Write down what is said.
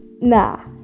nah